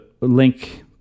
link